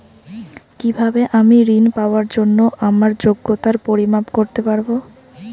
কিভাবে আমি ঋন পাওয়ার জন্য আমার যোগ্যতার পরিমাপ করতে পারব?